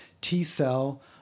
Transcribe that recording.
T-cell